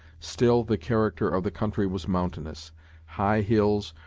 still the character of the country was mountainous high hills,